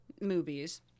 movies